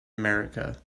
america